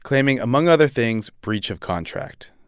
claiming, among other things, breach of contract.